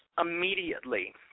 immediately